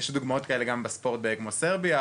יש דוגמאות נוספות בספורט כמו סרביה,